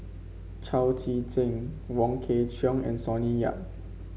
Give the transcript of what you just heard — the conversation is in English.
Chao Tzee Cheng Wong Kwei Cheong and Sonny Yap